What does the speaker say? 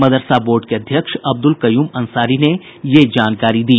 मदरसा board के अध्यक्ष अब्दुल कयूम अंसारी ने यह जानकारी दी